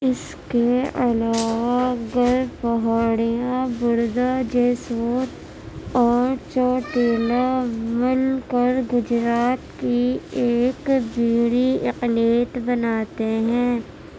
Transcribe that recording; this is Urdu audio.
اس کے علاوہ گر پہاڑیاں بردہ جیسور اور چوٹیلا مل کر گجرات کی ایک بیڑی اقلیت بناتے ہیں